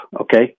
okay